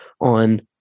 on